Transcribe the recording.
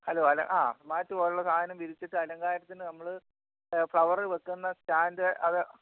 hello അല ആ mat പോലുള്ള സാധനം വിരിച്ചിട്ട് അലങ്കാരത്തിന് നമ്മൾ ഫ്ലവറ് വെക്കുന്ന സ്റ്റാൻഡ് അത്